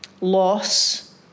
loss